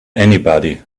anybody